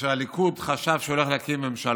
כאשר הליכוד חשב שהוא הולך להקים ממשלה,